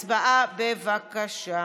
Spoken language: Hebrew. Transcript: הצבעה, בבקשה.